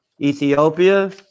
Ethiopia